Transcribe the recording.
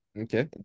Okay